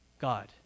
God